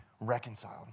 reconciled